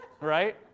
Right